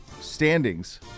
standings